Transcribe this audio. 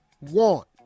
want